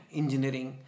engineering